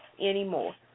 anymore